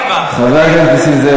חבר הכנסת נסים זאב,